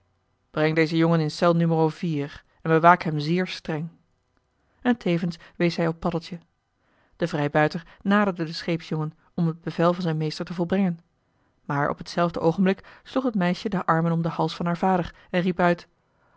breng dezen jongen in cel numero vier en bewaak hem zeer streng en tevens wees hij op paddeltje de vrijbuiter naderde den scheepsjongen om het bevel van zijn meester te volbrengen maar op t zelfde oogenblik sloeg het meisje de armen om den hals van haar vader en riep uit